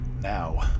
Now